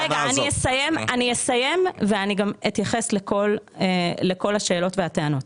אני אסיים ואני גם אתייחס לכל השאלות והטענות.